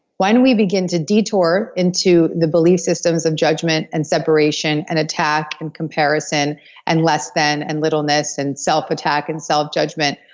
why don't we begin to detour into the belief systems of judgment, and separation, and attack, and comparison and less than, and littleness, and self attack, and self judgment,